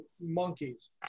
monkeys